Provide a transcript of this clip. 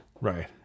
Right